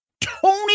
Tony